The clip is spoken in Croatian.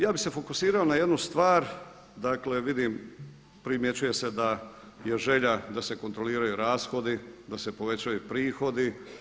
Ja bih se fokusirao na jednu stvar, dakle vidim, primjećuje se da je želja da se kontroliraju rashodi, da se povećaju prihodi.